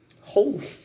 Holy